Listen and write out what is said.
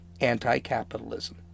anti-capitalism